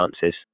chances